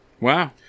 Wow